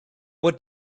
what